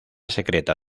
secreta